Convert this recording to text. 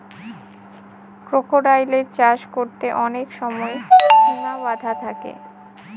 ক্রোকোডাইলের চাষ করতে অনেক সময় সিমা বাধা থাকে